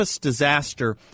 disaster